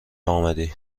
آمدی